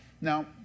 Now